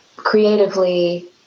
Creatively